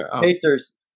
Pacers